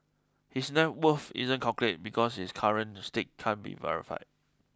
his net worth isn't calculated because his current stake can't be verified